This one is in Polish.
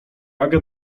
aga